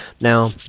Now